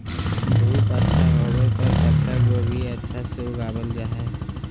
धूप अच्छा होवय पर पत्ता गोभी अच्छा से उगावल जा हय